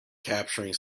capturing